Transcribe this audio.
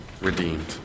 redeemed